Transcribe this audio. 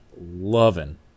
loving